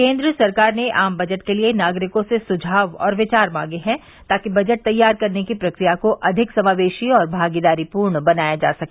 केन्द्र सरकार ने आम बजट के लिये नागरिकों से सुझाव और विचार मांगे हैं ताकि बजट तैयार करने की प्रक्रिया को अधिक समावेशी और भागीदारी पूर्ण बनाया जा सके